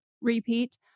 repeat